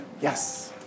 Yes